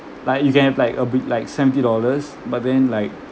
like you can have like a big like seventy dollars but then like